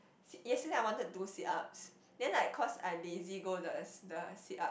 sit~ yesterday I wanted do sit ups then like cause I lazy go the the sit up